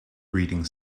breeding